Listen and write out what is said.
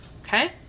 okay